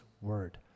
word